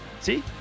See